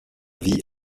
vie